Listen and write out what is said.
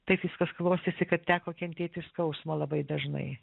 taip viskas klostėsi kad teko kentėti skausmą labai dažnai